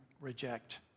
reject